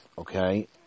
Okay